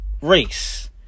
race